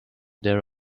their